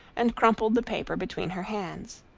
and crumpled the paper between her hands.